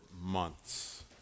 months